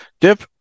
Dip